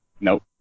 Nope